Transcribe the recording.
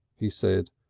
he said.